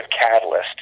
catalyst